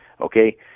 Okay